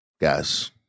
guys